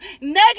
negative